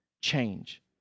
change